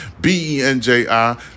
B-E-N-J-I